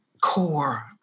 core